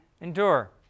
endure